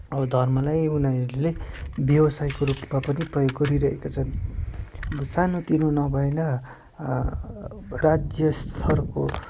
अब धर्मलाई उनीहरूले व्यवसायको रूपमा पनि प्रयोग गरिरहेका छन् सानेतिनो नभएन राज्य स्तरको